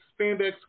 spandex